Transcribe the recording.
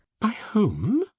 by whom!